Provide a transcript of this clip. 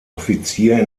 offizier